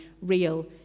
real